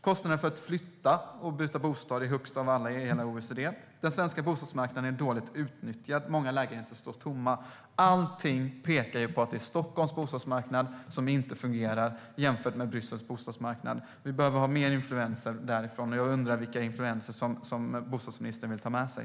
Kostnaden för att flytta och byta bostad är högst i hela OECD. Den svenska bostadsmarknaden är dåligt utnyttjad, och många lägenheter står tomma. Allt pekar på att det är Stockholms bostadsmarknad som inte fungerar jämfört med Bryssels. Vi behöver fler influenser därifrån. Jag undrar vilka influenser bostadsministern vill ta med sig.